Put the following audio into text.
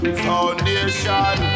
foundation